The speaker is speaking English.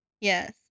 Yes